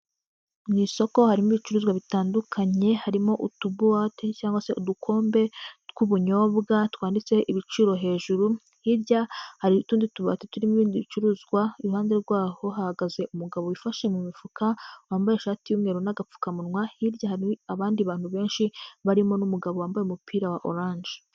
Mu isoko harimo ibicuruzwa bitandukanye, harimo utubuwate cyangwa se udukombe tw'ubunyobwa twanditseho ibiciro hejuru. hirya hari utundi tubati turimo ibindi bicuruzwa, iruhande rwaho hahagaze umugabo wifashe mu mifuka wambaye ishati y'umweru n'agapfukamunwa, hirya abandi bantu benshi barimo n'umugabo wambaye umupira wa orange.